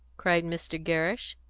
cried mr. gerrish.